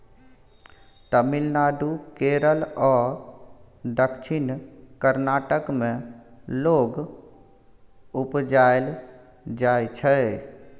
तमिलनाडु, केरल आ दक्षिण कर्नाटक मे लौंग उपजाएल जाइ छै